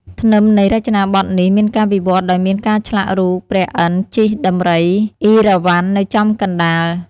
ធ្នឹមនៃរចនាបថនេះមានការវិវត្តដោយមានការឆ្លាក់រូបព្រះឥន្ទ្រជិះដំរីអីរ៉ាវ៉ាន់នៅចំកណ្តាល។